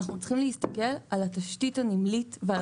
אנחנו צריכים להסתכל על התשתית הנמלית ועל